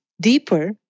deeper